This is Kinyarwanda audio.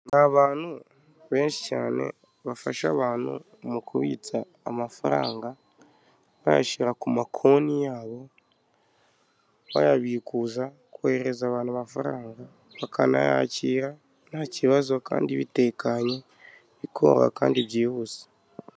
Ni abantu benshi cyane bafasha abantu mu kubitsa amafaranga bayashyira ku ma konti yabo bayabikuza, kohereza abantu amafaranga, bakanayakira nta kibazo kandi bitekanye, bikoroha kandi byihuse.